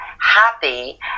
happy